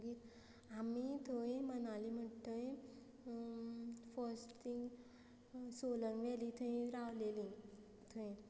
मागीर आमी थंय मनाली म्हणटा थंय फस्ट थिंग सोलंग वेली थंय रावलेली थंय